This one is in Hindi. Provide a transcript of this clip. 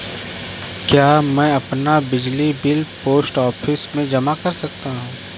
क्या मैं अपना बिजली बिल पोस्ट ऑफिस में जमा कर सकता हूँ?